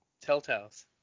Telltales